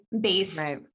based